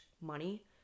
money